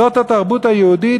זאת התרבות היהודית?